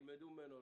תלמדו ממנו.